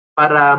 para